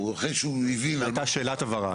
אחרי שהוא הבין --- הייתה שאלת הבהרה.